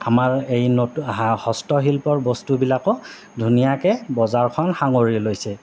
আমাৰ এই নতুন হস্তশিল্পৰ বস্তুবিলাকো ধুনীয়াকে বজাৰখন সাঙুৰি লৈছে